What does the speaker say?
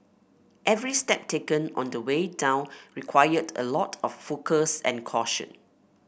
every step taken on the way down required a lot of focus and caution